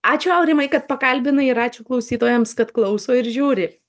ačiū aurimai kad pakalbinai ir ačiū klausytojams kad klauso ir žiūri